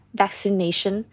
vaccination